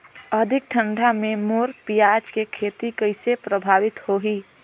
अधिक ठंडा मे मोर पियाज के खेती कइसे प्रभावित होही?